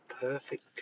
perfect